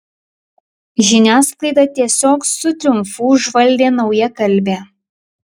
žiniasklaidą tiesiog su triumfu užvaldė naujakalbė